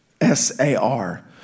S-A-R